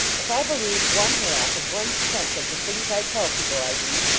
if i believed one-half of one-tenth of the things i tell people i do,